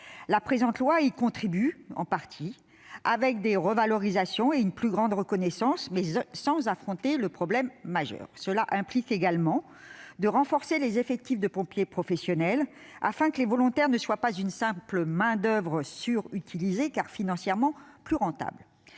La présente loi y contribue en partie, grâce à des revalorisations et à une plus grande reconnaissance, mais sans affronter le problème majeur. Cela implique également de renforcer les effectifs de pompiers professionnels, afin que les volontaires ne soient pas une simple main-d'oeuvre surutilisée, car financièrement plus rentable.